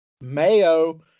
Mayo